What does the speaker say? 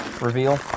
reveal